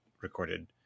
recorded